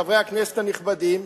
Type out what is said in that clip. חברי הכנסת הנכבדים,